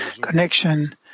Connection